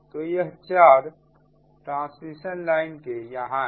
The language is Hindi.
तो यह चार पैरामीटर ट्रांसमिशन लाइन के यहां हैं